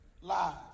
live